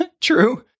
true